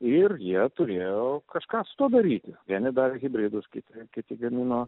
ir jie turėjo kažką su tuo daryti vieni dar hibridus kiti kiti gamino